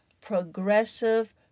progressive